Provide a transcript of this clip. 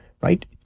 right